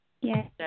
Yes